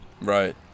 Right